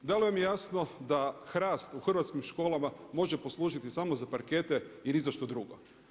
Da li vam je jasno da hrast u hrvatskim školama može poslužiti samo za parkete i ni za što drugo?